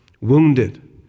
wounded